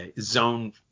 zone